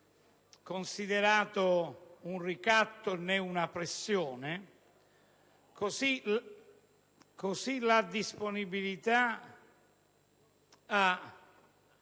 considerata un ricatto né una pressione, così la disponibilità a